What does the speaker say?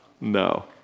No